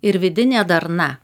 ir vidinė darna